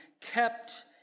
kept